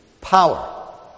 Power